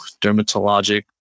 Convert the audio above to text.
dermatologic